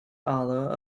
allah